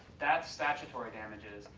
that's statutory damages.